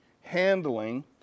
handling